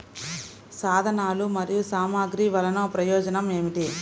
సాధనాలు మరియు సామగ్రి వల్లన ప్రయోజనం ఏమిటీ?